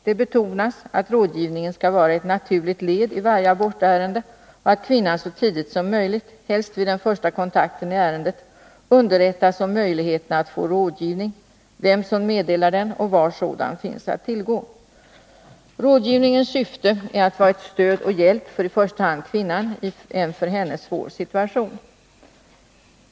Det betonas att rådgivningen skall vara ett naturligt led i varje abortärende och att kvinnan så tidigt som möjligt, helst vid den första kontakten i ärendet, underrättas om möjligheten att få rådgivning, vem som meddelar den och var sådan finns att tillgå. Rådgivningens syfte är att vara ett stöd och en hjälp för i första hand kvinnan i en för henne svår situation.